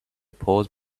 pause